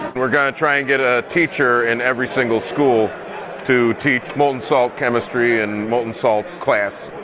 we're going to try and get a teacher in every single school to teach molten salt chemistry and molten salt class.